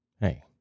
hey